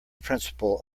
principle